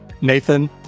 Nathan